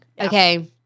Okay